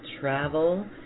travel